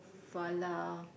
far lah